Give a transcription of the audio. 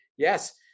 Yes